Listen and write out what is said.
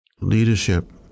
Leadership